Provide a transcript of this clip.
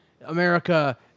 America